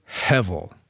hevel